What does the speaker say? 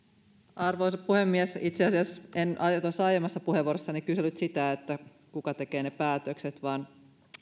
arvoisa puhemies itse asiassa en tuossa aiemmassa puheenvuorossani kysellyt sitä kuka tekee ne päätökset vaan